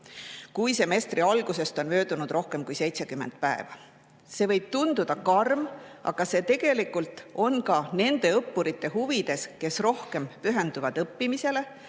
kui semestri algusest on möödunud rohkem kui 70 päeva. See võib tunduda karm, aga see on tegelikult ka nende õppurite huvides, kes rohkem pühenduvad õppimisele,